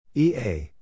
EA